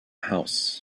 house